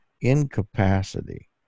incapacity